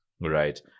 right